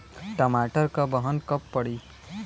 टमाटर क बहन कब पड़ी?